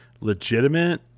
legitimate